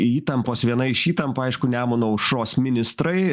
įtampos viena iš įtampa aišku nemuno aušros ministrai